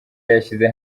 yashyize